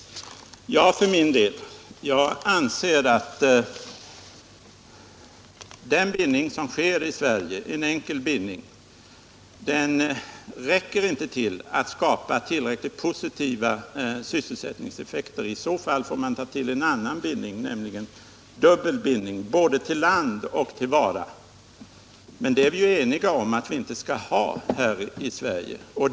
Jag för min del anser att en enkel bindning, som vi har i Sverige, inte skapar tillräckligt positiva sysselsättningseffekter. I så fall får man ta till en annan bindning, nämligen en dubbel bindning, både till land och till vara. Men den typen av bindning är vi ense om att vi inte skall ha.